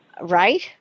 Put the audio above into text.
right